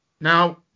Now